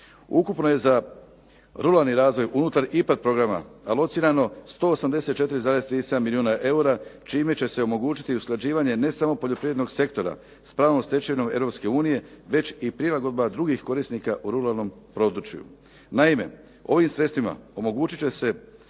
Ukupno je za ruralni razvoj unutar IPARD programa locirano 184, 37 milijuna eura čime će se omogući usklađivanje ne samo poljoprivrednog sektora s pravnom stečevinom Europske unije, već i prilagodba drugih korisnika u ruralnom području Naime, ovim sredstvima omogućit će se